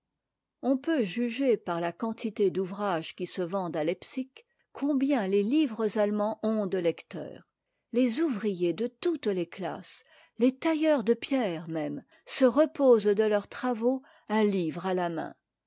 on peut juger par la quantité d'ouvrages qui se vendent à leipsick combien les livres allemands ont de lecteurs les ouvriers de toutes les classes les tailleurs de pierre même se reposent de leurs travaux un livre à la main